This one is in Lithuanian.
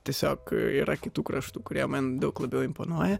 tiesiog yra kitų kraštų kurie man daug labiau imponuoja